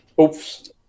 Oops